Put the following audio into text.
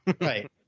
Right